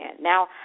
Now